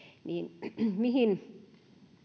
niin mihin